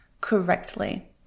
correctly